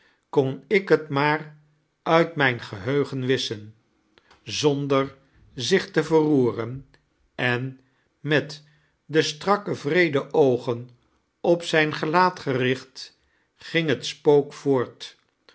kodl ik het maar uit mijn geheugen wisschen zonder zieh te verroeren en met de sitrakke wreede oogen op zijn gelaat gericht ging het spook voort